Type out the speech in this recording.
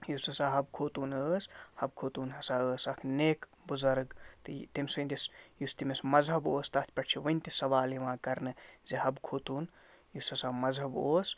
یُس ہسا حبہٕ خوتوٗن ٲس حبہٕ خوتوٗن ہسا ٲس اَکھ نیک بُزرَگ تہٕ یہِ تٔمۍ سٕنٛدِس یُس تٔمِس مزہب اوس تَتھ پٮ۪ٹھ چھِ وٕنۍ تہِ سوال یِوان کرنہٕ زِ حبہٕ خوتوٗن یُس ہسا مزہب اوس